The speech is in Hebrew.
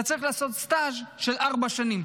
אתה צריך לעשות סטז' של ארבע שנים,